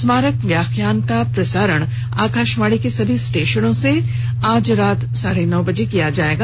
स्मारक व्याख्यान का प्रसारण आकाशवाणी के सभी स्टेशनों से आज रात साढ़े नौ बजे किया जाएगा